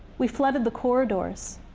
we flooded the corridors,